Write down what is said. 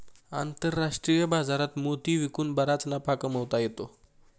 आंतरराष्ट्रीय बाजारात मोती विकून बराच नफा कमावता येतो